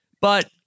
but-